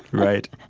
right.